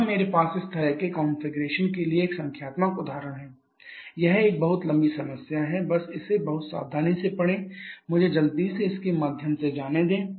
यहां मेरे पास इस तरह के कॉन्फ़िगरेशन के लिए एक संख्यात्मक उदाहरण है यह एक बहुत लंबी समस्या है बस इसे बहुत सावधानी से पढ़ें मुझे जल्दी से इसके माध्यम से जाने दें